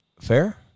Fair